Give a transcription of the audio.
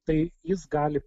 tai jis gali